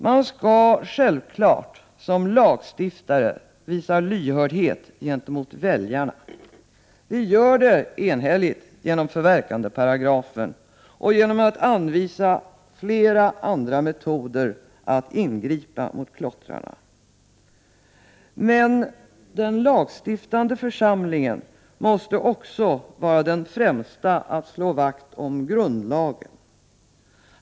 Man skall som lagstiftare självfallet visa lyhördhet gentemot väljarna. Vi gör det enhälligt genom förverkandeparagrafen och genom att anvisa flera andra metoder att ingripa mot klottrarna, men den lagstiftande församlingen måste också vara främst när det gäller att slå vakt om grundlagen.